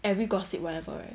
every gossip whatever right